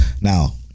Now